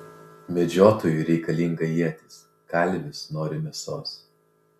medžiotojui reikalinga ietis kalvis nori mėsos